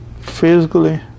physically